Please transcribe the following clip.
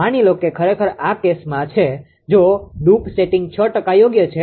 માની લો કે ખરેખર આ કેસમાં છે જો ડ્રુપ સેટિંગ 6 ટકા યોગ્ય છે